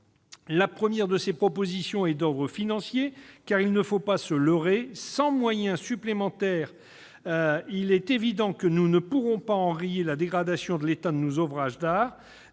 La première de ces propositions est d'ordre financier. Il ne faut pas se leurrer : sans moyens supplémentaires, il est évident que nous ne pourrons pas enrayer la dégradation de l'état de nos ouvrages d'art.